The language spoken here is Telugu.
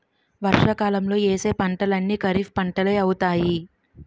వర్షాకాలంలో యేసే పంటలన్నీ ఖరీఫ్పంటలే అవుతాయి